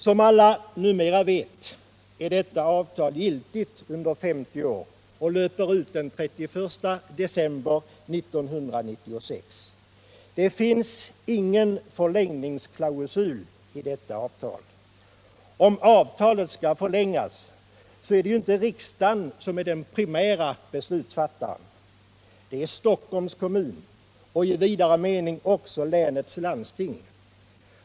Som alla numera vet är detta avtal giltigt under 50 år och löper ut den 31 december 1996. Det finns ingen förlängningsklausul i detta avtal. Om avtalet skall förlängas är det inte riksdagen som är den primära beslutsfattaren. Det är Stockholms kommun och i vidare mening också länets landsting.